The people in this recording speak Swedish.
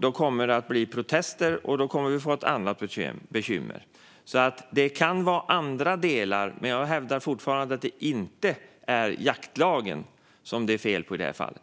Då kommer det att bli protester, och då kommer vi att få ett annat bekymmer. Det kan alltså vara andra delar. Men jag hävdar fortfarande att det inte är jaktlagen det är fel på i det här fallet.